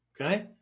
Okay